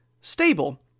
stable